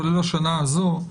כולל השנה הזו,